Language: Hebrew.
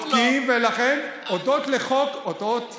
אם לא בודקים, תגיד מה שבא לך, הכול בסדר.